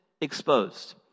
exposed